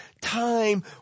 time